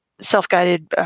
self-guided